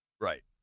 Right